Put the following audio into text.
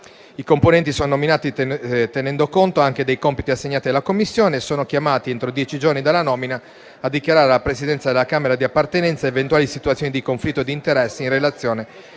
I componenti sono nominati tenendo conto anche dei compiti assegnati alla Commissione e sono chiamati, entro dieci giorni dalla nomina, a dichiarare alla Presidenza della Camera di appartenenza eventuali situazioni di conflitto di interessi in relazione